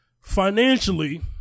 Financially